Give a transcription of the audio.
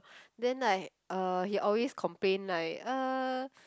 then like uh he always complain like uh